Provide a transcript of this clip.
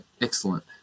excellent